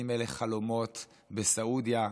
בין שאלה חלומות בסעודיה,